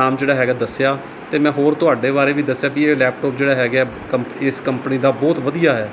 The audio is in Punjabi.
ਨਾਮ ਜਿਹੜਾ ਹੈਗਾ ਦੱਸਿਆ ਅਤੇ ਮੈਂ ਹੋਰ ਤੁਹਾਡੇ ਬਾਰੇ ਵੀ ਦੱਸਿਆ ਕਿ ਇਹ ਲੈਪਟੋਪ ਜਿਹੜਾ ਹੈਗਾ ਕੰਪ ਇਸ ਕੰਪਨੀ ਦਾ ਬਹੁਤ ਵਧੀਆ ਹੈ